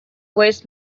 waste